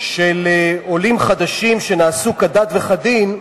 של עולים חדשים שנעשו כדת וכדין,